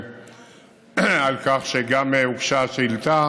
ועל כך שגם הוגשה שאילתה